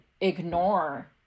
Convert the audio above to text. ignore